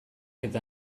eta